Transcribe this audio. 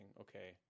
okay